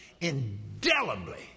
indelibly